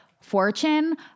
fortune